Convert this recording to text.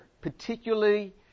particularly